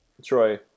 troy